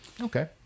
okay